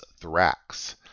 Thrax